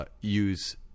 use